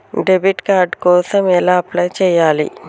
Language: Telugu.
డెబిట్ కార్డు కోసం ఎలా అప్లై చేయాలి?